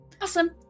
Awesome